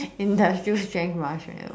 industrial strength marshmallow